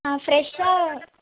ஆ ஃபிரெஷாக